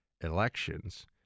elections